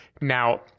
now